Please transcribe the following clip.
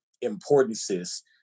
importances